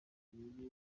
ngo